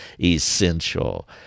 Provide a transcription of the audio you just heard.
essential